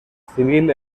civil